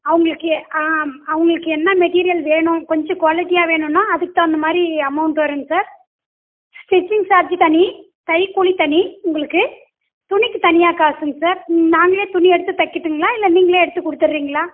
அவங்களுக்கு ஆ அவங்களுக்கு என்ன மெட்டிரியல் வேணும் கொஞ்சம் குவாலிட்டியாக வேணும்னா அதுக்கு தகுந்தமாதிரி அமௌண்ட் வரும்ங்க சார் ஸ்டிச்சிங் சார்ஜ் தனி தையல் கூலி தனி உங்களுக்கு துணிக்கு தனியாக காசுங்க சார் நாங்களே துணி எடுத்து தைக்கட்டுங்களா இல்லை நீங்களே எடுத்து கொடுத்துறீங்களா